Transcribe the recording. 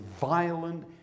violent